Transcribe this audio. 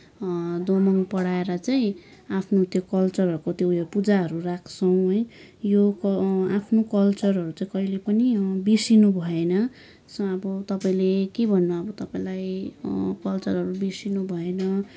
दोमङ पढाएर चाहिँ आफ्नो त्यो कल्चरहरूको त्यो यो पूजाहरू राख्छौँ है यो आफ्नो कल्चरहरू चाहिँ कहिल्यै पनि बिर्सन भएन सो अब तपाईँले के भन्नु अब तपाईँलाई कल्चरहरू बिर्सिनु भएन